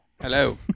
Hello